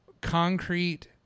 concrete